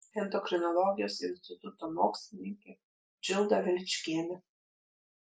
endokrinologijos instituto mokslininkė džilda veličkienė